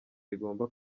rigomba